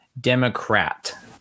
democrat